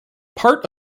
part